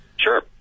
Sure